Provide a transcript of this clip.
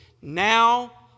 Now